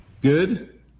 good